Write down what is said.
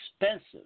expensive